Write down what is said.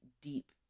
deep